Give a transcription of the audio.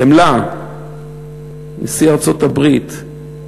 חמלה, נשיא ארצות-הברית,